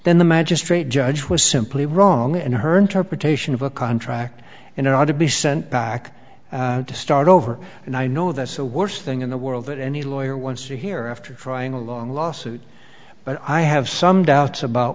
magistrate judge was simply wrong and her interpretation of a contract and it ought to be sent back to start over and i know that's the worst thing in the world that any lawyer wants to hear after trying a long lawsuit but i have some doubts about